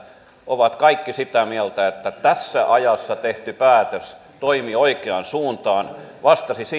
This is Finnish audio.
ovat kaikki sitä mieltä että tässä ajassa tehty päätös toimi oikeaan suuntaan vastasi